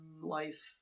life